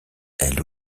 elle